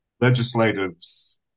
legislative's